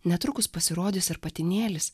netrukus pasirodys ir patinėlis